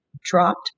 dropped